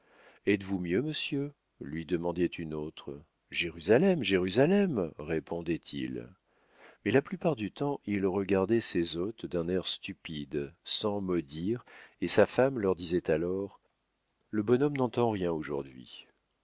êtes-vous mieux monsieur lui demandait une autre jérusalem jérusalem répondait-il mais la plupart du temps il regardait ses hôtes d'un air stupide sans mot dire et sa femme leur disait alors le bonhomme n'entend rien aujourd'hui